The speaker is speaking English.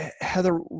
Heather